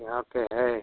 यहाँ पर है